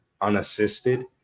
unassisted